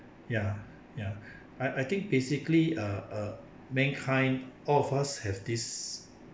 ya ya I I think basically uh uh mankind all of us have this